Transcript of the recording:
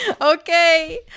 okay